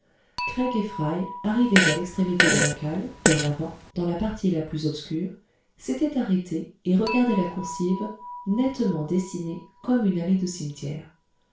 fry arrivés à l'extrémité de la cale vers l'avant dans la partie la plus obscure s'étaient arrêtés et regardaient la coursive nettement dessinée comme une allée de cimetière